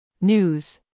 News